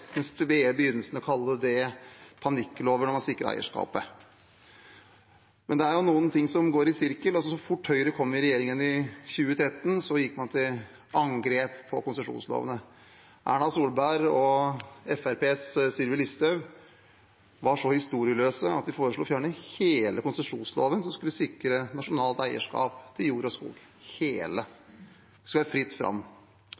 begynnelsen å kalle det panikklover når man sikret eierskapet. Men det er noen ting som går i sirkel, og så fort Høyre kom i regjering igjen i 2013, gikk man til angrep på konsesjonslovene. Erna Solberg og Fremskrittspartiets Sylvi Listhaug var så historieløse at de foreslo å fjerne hele konsesjonsloven, som skulle sikre nasjonalt eierskap til jord og skog